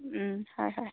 ꯎꯝ ꯍꯣꯏ ꯍꯣꯏ